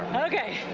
okay.